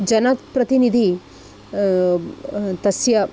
जनप्रतिनिधिः तस्य